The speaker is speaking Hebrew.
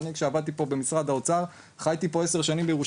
אני למשל כשעבדתי פה במשרד האוצר וחייתי פה בירושלים,